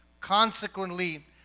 consequently